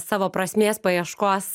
savo prasmės paieškos